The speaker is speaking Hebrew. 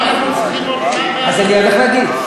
אז מה אנחנו צריכים עוד, אז אני הולך להגיד,